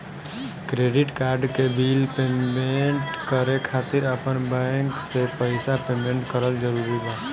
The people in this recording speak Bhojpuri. क्रेडिट कार्ड के बिल पेमेंट करे खातिर आपन बैंक से पईसा पेमेंट करल जरूरी बा?